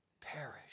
perish